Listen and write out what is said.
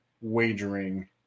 wagering